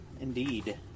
indeed